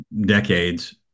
decades